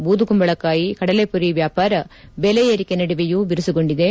ಬೂದಕುಂಬಳಕಾಯಿ ಕಡಲೆಮರಿ ವ್ಲಾಪಾರ ದೆಲೆ ಏರಿಕೆ ನಡುವೆಯು ಬಿರುಸುಗೊಂಡಿದೆ